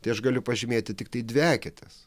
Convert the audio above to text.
tai aš galiu pažymėti tiktai dvi eketes